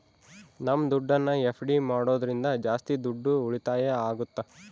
ನಮ್ ದುಡ್ಡನ್ನ ಎಫ್.ಡಿ ಮಾಡೋದ್ರಿಂದ ಜಾಸ್ತಿ ದುಡ್ಡು ಉಳಿತಾಯ ಆಗುತ್ತ